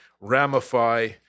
ramify